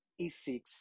e6